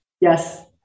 Yes